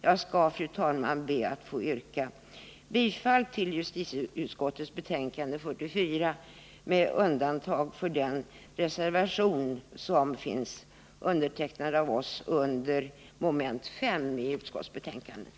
Jag skall, fru talman, be att få yrka bifall till alla delar av hemställan i justitieutskottets betänkande 44 utom under mom. 5, där jag yrkar bifall till den socialdemokratiska reservationen.